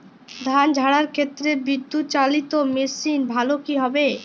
ধান ঝারার ক্ষেত্রে বিদুৎচালীত মেশিন ভালো কি হবে?